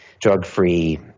drug-free